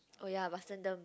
oh ya vasantham